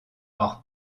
hors